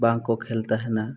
ᱵᱟᱝᱠᱚ ᱠᱷᱮᱹᱞ ᱛᱟᱦᱮᱱᱟ